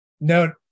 No